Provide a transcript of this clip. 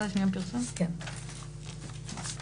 האם יש מישהו